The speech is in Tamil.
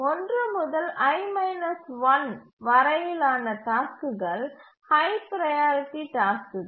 1 முதல் வரையிலான டாஸ்க்குகள் ஹை ப்ரையாரிட்டி டாஸ்க்குகள்